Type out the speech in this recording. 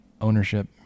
ownership